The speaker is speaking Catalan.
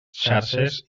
xarxes